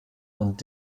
und